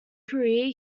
career